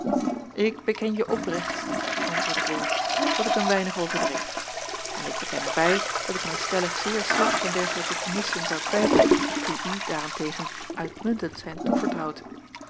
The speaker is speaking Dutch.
ik beken je oprecht antwoordde bol dat ik een weinig overdreef en ik beken er bij dat ik mij stellig zeer slecht van dergelijke kommissiën zou kwijten die u daar-en-tegen uitmuntend zijn toevertrouwd